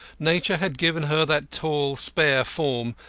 nature had given her that tall, spare form,